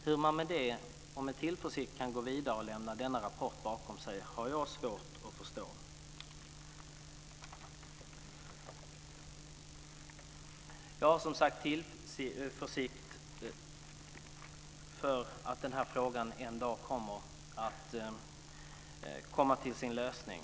Hur man med det och med tillförsikt kan gå vidare och lämna denna rapport bakom sig har jag svårt att förstå. Jag har som sagt tillförsikt för att den här frågan en dag kommer att komma till sin lösning.